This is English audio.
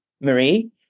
Marie